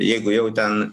jeigu jau ten